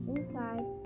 Inside